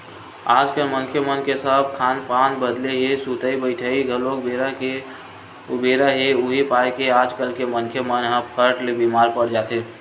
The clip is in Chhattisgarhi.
आजकल मनखे मन के सब खान पान बदले हे सुतई बइठई घलोक बेरा के उबेरा हे उहीं पाय के आजकल के मनखे मन ह फट ले बीमार पड़ जाथे